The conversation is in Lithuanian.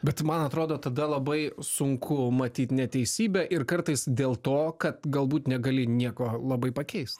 bet man atrodo tada labai sunku matyt neteisybę ir kartais dėl to kad galbūt negali nieko labai pakeist